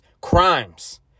crimes